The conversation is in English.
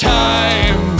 time